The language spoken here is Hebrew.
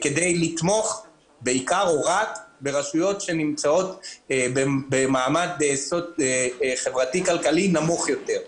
כדי לתמוך ברשויות שנמצאות במעמד חברתי-כלכלי נמוך יותר.